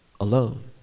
alone